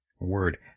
Word